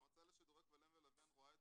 המועצה לשידורי כבלים ולוויין רואה את